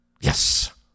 Yes